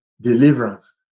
deliverance